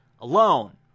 alone